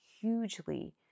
hugely